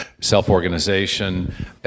self-organization